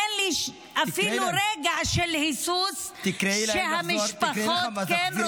אין לי אפילו רגע של היסוס שהמשפחות כן רוצות.